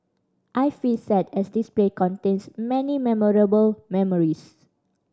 I feel sad as this place contains many memorable memories